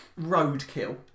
roadkill